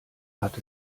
hat